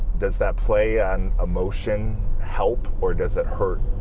does that play on emotion help or does it hurt?